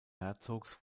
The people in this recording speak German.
herzogs